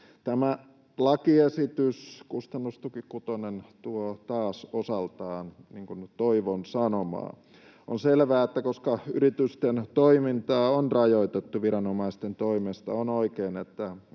Tämä lakiesitys, kustannustuki kutonen, tuo taas osaltaan nyt toivon sanomaa. On selvää, että koska yritysten toimintaa on rajoitettu viranomaisten toimesta, on oikein, että